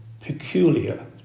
peculiar